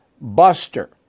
Buster